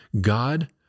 God